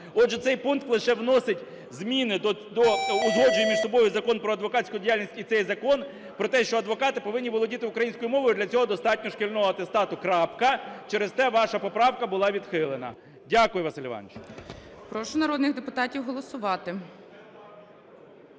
Отже цей пункт лише вносить зміни до… узгоджує між собою Закон про адвокатську діяльність, і цей закон про те, що адвокати повинні володіти українською мовою, для цього достатньо шкільного атестату. Крапка. Через те ваша поправка була відхилена. Дякую, Василь Іванович.